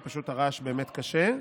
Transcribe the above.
פשוט הרעש באמת קשה.